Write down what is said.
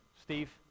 Steve